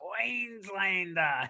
queenslander